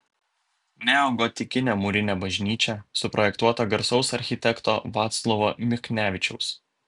neogotikinė mūrinė bažnyčia suprojektuota garsaus architekto vaclovo michnevičiaus